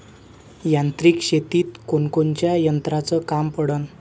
यांत्रिक शेतीत कोनकोनच्या यंत्राचं काम पडन?